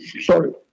Sorry